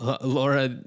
Laura